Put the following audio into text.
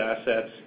assets